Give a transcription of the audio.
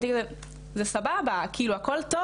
אז חשבתי שזה כזה סבבה, הכל טוב.